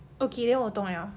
okay then 我懂 liao